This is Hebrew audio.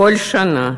בכל שנה